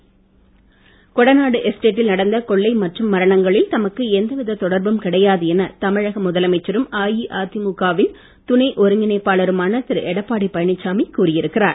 எடப்பாடி கொடநாடு எஸ்டேட்டில் நடந்த கொள்ளை மற்றும் மரணங்களில் தமக்கு எந்தவித தொடர்பும் கிடையாது என தமிழக முதலமைச்சரும் அஇஅதிமுக வின் துணை ஒருங்கிணைப்பாளருமான திரு எடப்பாடி பழனிச்சாமி கூறி இருக்கிறார்